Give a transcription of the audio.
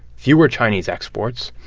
fewer chinese exports.